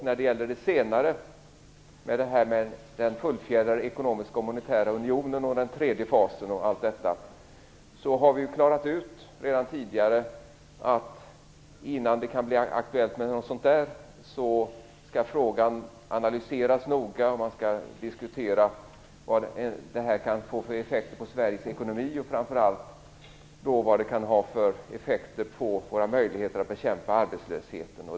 När det gäller detta med en fullfjädrad ekonomisk och monetär union, den tredje fasen osv. har vi redan tidigare klarat ut att innan något sådant kan bli aktuellt skall frågan analyseras noga. Man skall diskutera vad det kan få för effekter på Sveriges ekonomi och framför allt vilka effekter det kan få för våra möjligheter att bekämpa arbetslösheten.